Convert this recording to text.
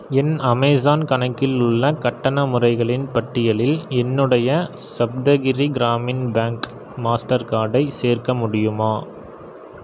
என் Amazon கணக்கில் உள்ள கட்டண முறைகளின் பட்டியலில் என்னுடைய சப்தகிரி கிராமின் பேங்க் மாஸ்டர் கார்டை சேர்க்க முடியுமா